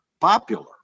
popular